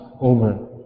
over